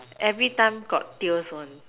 everytime got tears one